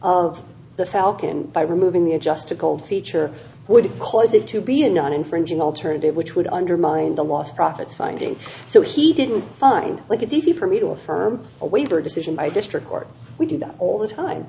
of the falcon by removing the just a cold feature would cause it to be a not infringing alternative which would undermine the lost profits finding so he didn't find like it's easy for me to affirm a waiver decision by district court we do that all the time